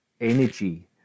energy